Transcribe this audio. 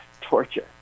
torture